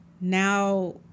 now